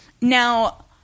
now